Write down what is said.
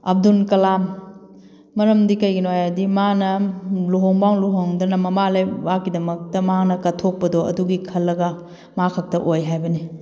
ꯑꯕꯗꯨꯜ ꯀꯂꯥꯝ ꯃꯔꯝꯗꯤ ꯀꯩꯒꯤꯅꯣ ꯍꯥꯏꯔꯗꯤ ꯃꯥꯅ ꯂꯨꯍꯣꯡꯐꯥꯎ ꯂꯨꯍꯣꯡꯗꯅ ꯃꯃꯥ ꯂꯩꯕꯥꯛꯀꯤꯗꯃꯛꯇ ꯃꯥꯅ ꯀꯠꯊꯣꯛꯄꯗꯣ ꯑꯗꯨꯒꯤ ꯈꯜꯂꯒ ꯃꯥ ꯈꯛꯇ ꯑꯣꯏ ꯍꯥꯏꯕꯅꯤ